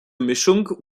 mischung